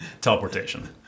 Teleportation